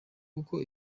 uko